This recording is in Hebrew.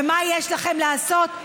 ומה יש לכם לעשות?